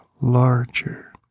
larger